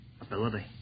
ability